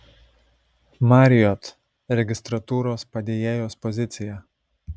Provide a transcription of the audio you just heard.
marriott registratūros padėjėjos pozicija